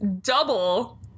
double